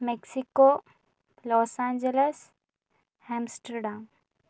Mexico Los Angeles Amsterdam